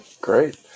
great